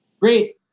Great